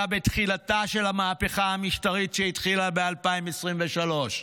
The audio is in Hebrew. אלא מתחילתה של המהפכה המשטרית, שהתחילה ב-2023.